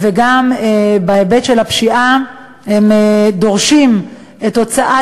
וגם בהיבט של הפשיעה הם דורשים את הוצאת